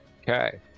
Okay